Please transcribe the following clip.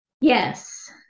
Yes